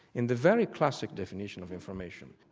in the very classic definition of information,